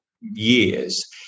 years